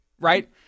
right